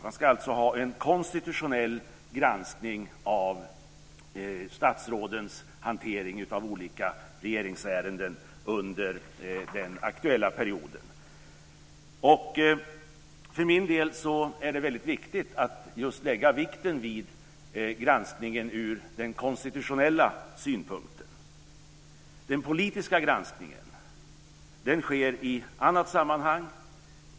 Man ska alltså ha en konstitutionell granskning av statsrådens hantering av olika regeringsärenden under den aktuella perioden. För min del är det viktigt att lägga vikten just vid granskningen ur den konstitutionella synpunkten. Den politiska granskningen sker i annat sammanhang.